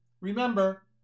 Remember